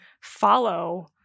follow